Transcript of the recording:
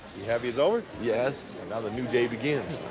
you happy it's over? yes. another new day begins.